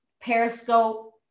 Periscope